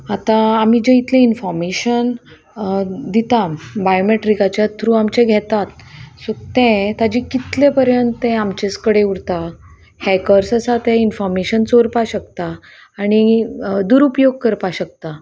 आतां आमी जें इतलें इनफोर्मेशन दितात बायोमेट्रिकाच्या थ्रू आमचे घेतात सो तें ताजे कितले पर्यंत तें आमचेच कडेन उरता हॅकर्स आसा तें इनफोमेशन चोरपा शकता आनी दुरुपयोग करपाक शकता